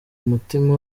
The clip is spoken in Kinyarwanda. umutima